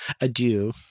adieu